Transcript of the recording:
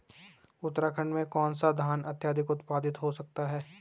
उत्तराखंड में कौन सा धान अत्याधिक उत्पादित हो सकता है?